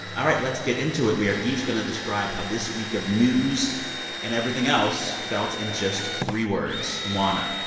all right, let's get into it. we are each going to describe how this week of news and everything else felt in just three words. juana,